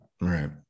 Right